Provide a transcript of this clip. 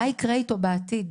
מה יקרה אתו בעתיד?